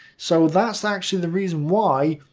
so that's actually the reason why.